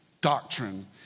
doctrine